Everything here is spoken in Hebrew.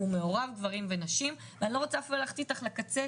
מעורב גברים ונשים ואני לא רוצה אפילו ללכת איתך לקצה,